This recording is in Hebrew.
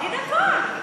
תגיד הכול.